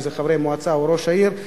אם זה חברי מועצה או ראש העיר.